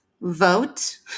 vote